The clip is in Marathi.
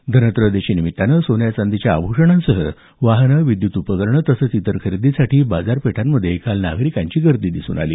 धनत्रयोदशीनिमित्ताने सोन्याचांदीच्या आभ्षणांसह वाहनं विद्यत उपकरणं तसंच इतर खरेदीसाठी बाजारपेठांमध्ये काल नागरिकांची गर्दी दिसून आली